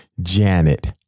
Janet